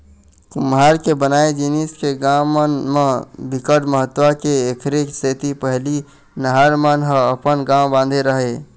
कुम्हार के बनाए जिनिस के गाँव मन म बिकट महत्ता हे एखरे सेती पहिली महार मन ह अपन गाँव बांधे राहय